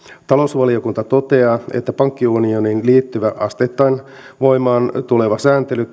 talousvaliokunta toteaa että pankkiunioniin liittyvä asteittain voimaan tuleva sääntely